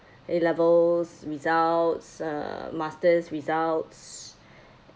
A levels results uh master's results